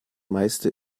meiste